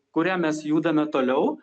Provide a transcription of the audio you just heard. kuria mes judame toliau